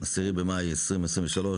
10 במאי 2023,